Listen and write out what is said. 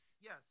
Yes